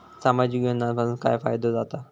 सामाजिक योजनांपासून काय फायदो जाता?